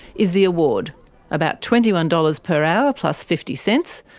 is the award about twenty one dollars per hour, plus fifty cents.